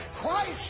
Christ